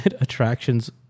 attractions